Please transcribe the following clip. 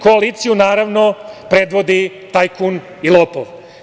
Koaliciju, naravno, predvodi tajkun i lopov.